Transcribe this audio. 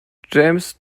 james